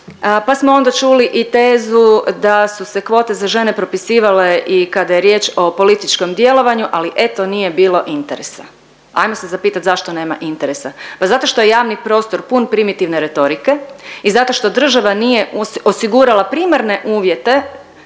pa smo onda čuli i tezu da su se kvote za žene propisivale i kada je riječ o političkom djelovanju ali eto nije bilo interesa. Ajmo se zapitati zašto nema interesa? Pa zato što je javni prostor pun primitivne retorike i zato što država nije osigurala primarne uvjete